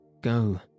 Go